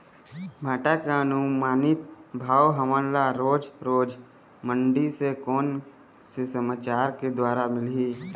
भांटा के अनुमानित भाव हमन ला रोज रोज मंडी से कोन से समाचार के द्वारा मिलही?